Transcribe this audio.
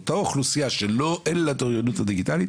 אותה אוכלוסייה שאין לה את האוריינות הדיגיטלית,